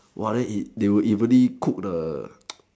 !whoa! then it they would evenly cook the